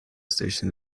station